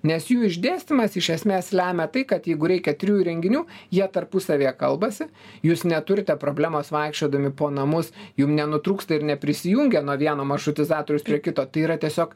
nes jų išdėstymas iš esmės lemia tai kad jeigu reikia trijų įrenginių jie tarpusavyje kalbasi jūs neturite problemos vaikščiodami po namus jum nenutrūksta ir neprisijungia nuo vieno maršrutizatorius prie kito tai yra tiesiog